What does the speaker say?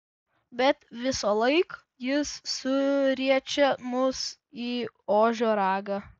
bet visąlaik jis suriečia mus į ožio ragą